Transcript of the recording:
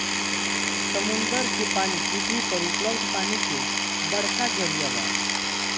समुंदर के पानी पृथ्वी पर उपलब्ध पानी के बड़का जरिया बा